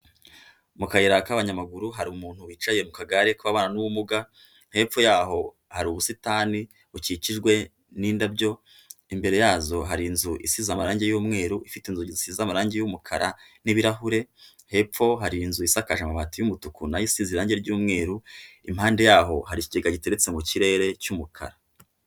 Mu kayira k'abanyamaguru hari umuntu wicaye mu kagare k'ababana n'ubumuga, hepfo yaho hari ubusitani bukikijwe n'indabyo, imbere yazo hari inzu isize amarangi y'umweru, ifite inzugi zisize amarangi y'umukara n'ibirahure, hepfo hari inzu isakaje amabati y'umutuku, na yo isize irangi ry'umweru, impande yaho hari ikigega giteretse mu kirere cy'umukara.